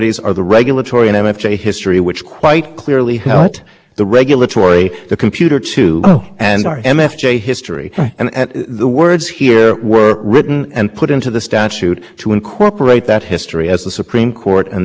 yes but the statement of national policy that interactive computer services should be unfettered whereas in that section and so certainly that definition that specifically included access to the internet was part of the national policy that congress wrote